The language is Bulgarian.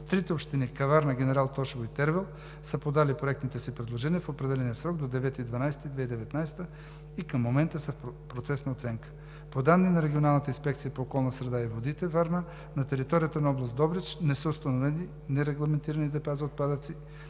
Трите общини: Каварна, Генерал Тошево и Тервел са подали проектните си предложения в определения срок до 9 декември 2019 г. и към момента са в процес на оценка. По данни на Регионалната инспекция по околната среда и водите – Варна, на територията на област Добрич не са установени нерегламентирани депа за отпадъци